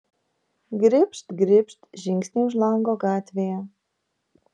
gribšt gribšt žingsniai už lango gatvėje